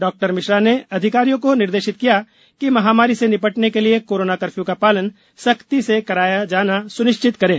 डॉ मिश्रा ने अधिकारियों को निर्देशित किया कि महामारी से निपटने के लिये कोरोना कर्फ्यू का पालन सख्ती से कराया जाना सुनिश्चित करें